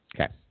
Okay